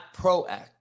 proactive